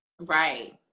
Right